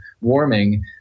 warming